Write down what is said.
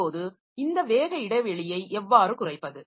இப்போது இந்த வேக இடைவெளியை எவ்வாறு குறைப்பது